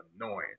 annoying